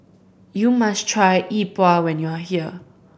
you must try E Bua when you are here